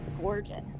gorgeous